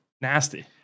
nasty